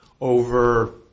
over